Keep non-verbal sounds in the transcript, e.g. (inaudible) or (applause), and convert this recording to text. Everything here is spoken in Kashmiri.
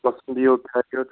(unintelligible)